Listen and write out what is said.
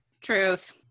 Truth